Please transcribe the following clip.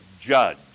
judge